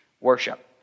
worship